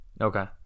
Okay